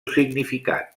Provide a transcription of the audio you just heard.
significat